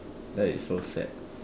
that is so sad